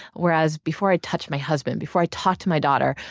whereas before i touch my husband, before i talked to my daughter,